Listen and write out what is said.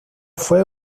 fue